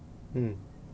mm